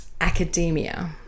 academia